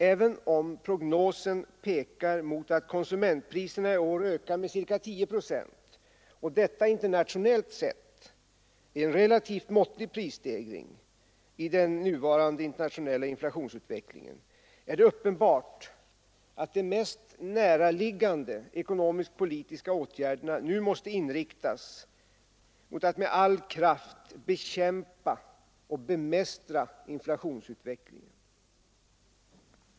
Även om prognosen pekar mot att konsumentpriserna i år ökar med ca 10 procent, och detta internationellt sett är en relativt måttlig prisstegring i den nuvarande internationella inflationsutvecklingen, är det uppenbart att de mest näraliggande ekonomisk-politiska åtgärderna nu måste inriktas mot att med all kraft bekämpa och bemästra inflationsutvecklingen.